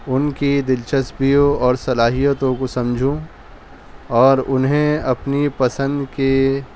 ان کی دلچسپیوں اور صلاحیتوں کو سمجھوں اور انہیں اپنی پسند کے